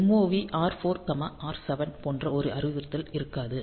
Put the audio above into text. MOV R4 R7 போன்ற ஒரு அறிவுறுத்தல் இருக்காது